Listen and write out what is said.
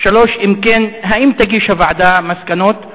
3. אם כן, האם תגיש הוועדה מסקנות ומתי?